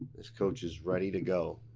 this coach is ready to go.